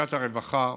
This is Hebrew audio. לאוכלוסיית הרווחה: